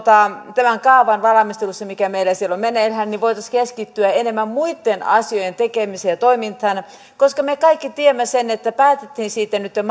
tämän kaavan valmistelussa mikä meillä siellä on meneillään voitaisiin keskittyä enemmän muitten asioiden tekemiseen ja toimintaan koska me kaikki tiedämme sen että päätettiin siitä nytten